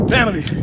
Family